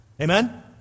Amen